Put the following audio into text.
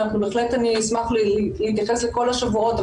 ובהחלט אשמח להתייחס לכל השבועות,